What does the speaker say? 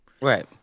right